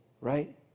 right